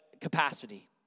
capacity